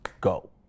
go